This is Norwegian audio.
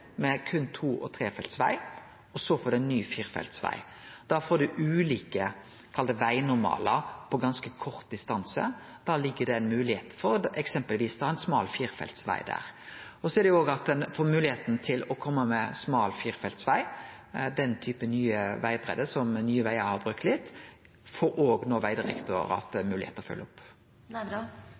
ny firefeltsveg. Da får ein ulike vegnormalar på ganske kort distanse. Da ligg det ei moglegheit for eksempelvis ein smal firefeltsveg der. Så er det òg det at ein får moglegheit til å kome med smal firefeltsveg. Den typen ny vegbreidde som Nye Vegar har brukt litt, får no òg Vegdirektoratet moglegheit til å følgje opp. Jeg takker for svaret. Nå er vi inne på noe interessant, og da